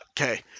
Okay